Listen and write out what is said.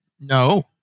No